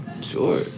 Sure